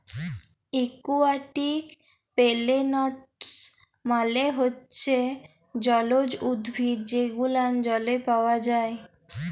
aquatic plants মালে হচ্যে জলজ উদ্ভিদ যে গুলান জলে পাওয়া যায়